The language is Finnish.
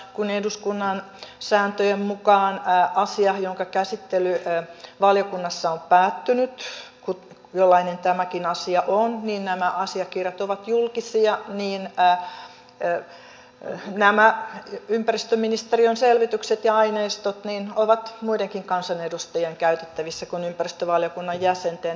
kun eduskunnan sääntöjen mukaan asian jonka käsittely valiokunnassa on päättynyt jollainen tämäkin asia on asiakirjat ovat julkisia niin nämä ympäristöministeriön selvitykset ja aineistot ovat muidenkin kansanedustajien käytettävissä kuin ympäristövaliokunnan jäsenten